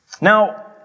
Now